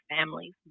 families